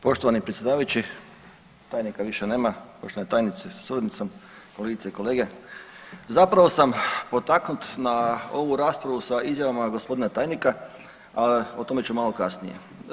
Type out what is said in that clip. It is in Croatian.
Poštovani predsjedavajući, tajnika više nema, poštovana tajnice sa suradnicom, kolegice i kolege, zapravo sam potaknut na ovu raspravu sa izjava gospodina tajnika, a o tome ću malo kasnije.